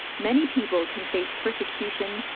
many people can face persecution,